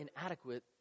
inadequate